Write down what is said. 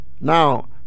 Now